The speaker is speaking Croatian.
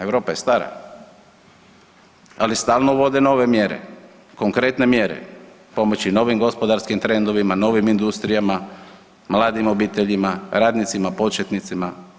Europa je stara, ali stalno uvode nove mjere, konkretne mjere pomoći novim gospodarskim trendovima, novim industrijama, mladim obiteljima, radnicima početnicima.